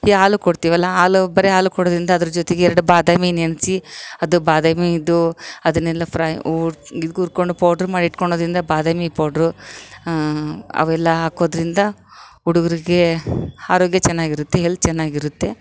ಈ ಹಾಲು ಕೊಡ್ತೀವಲ್ಲ ಹಾಲು ಬರೀ ಹಾಲು ಕೊಡೋದರಿಂದ ಅದ್ರ ಜೊತೆಗ್ ಎರೆಡು ಬಾದಾಮಿ ನೆನೆಸಿ ಅದು ಬಾದಾಮಿ ಇದು ಅದನ್ನೆಲ್ಲ ಫ್ರೈ ಒಟ್ಟು ಹುರ್ಕೊಂಡು ಪೌಡ್ರ್ ಮಾಡಿಟ್ಕೊಳೋದ್ರಿಂದ ಬಾದಾಮಿ ಪೌಡ್ರು ಅವೆಲ್ಲ ಹಾಕೋದ್ರಿಂದ ಹುಡುಗರ್ಗೆ ಆರೋಗ್ಯ ಚೆನ್ನಾಗಿರುತ್ತೆ ಎಲ್ತ್ ಚೆನ್ನಾಗಿರುತ್ತೆ